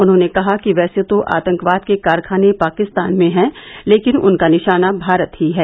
उन्होंने कहा कि वैसे तो आतंकवाद के कारखाने पाकिस्तान में हैं लेकिन उनका निशाना भारत ही है